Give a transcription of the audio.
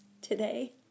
today